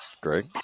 Greg